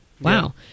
Wow